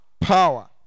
Power